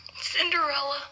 Cinderella